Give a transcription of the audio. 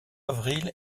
avril